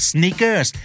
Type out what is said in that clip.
Sneakers